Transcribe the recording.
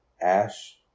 Ash